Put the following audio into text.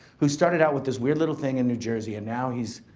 who started out with this weird little thing in new jersey and now he's,